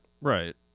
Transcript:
Right